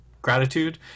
Gratitude